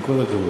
עם כל הכבוד.